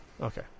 Okay